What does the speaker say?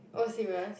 oh serious